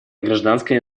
гражданское